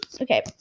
okay